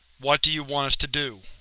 what do you want us to do?